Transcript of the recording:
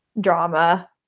drama